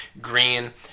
green